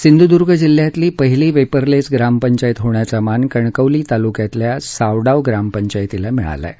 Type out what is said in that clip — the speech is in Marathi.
सिंधूद्र्य जिल्ह्यातली पहिली पेपरलेस ग्रामपंचायत होण्याचा मान कणकवली तालुक्यातल्या सावडाव ग्रामपंचायतीला मिळाला आहे